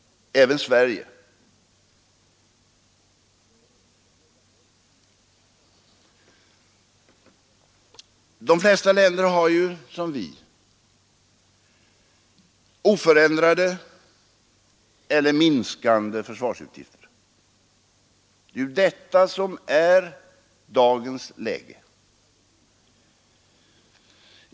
De flesta länder har som vi oförändrade eller minskande försvarsutgifter. Det är ju detta som är dagens läge.